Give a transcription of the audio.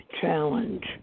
challenge